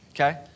okay